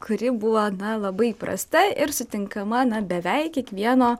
kuri buvo labai įprasta ir sutinkama na beveik kiekvieno